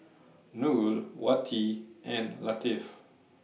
Nurul Wati and Latif